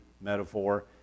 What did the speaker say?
metaphor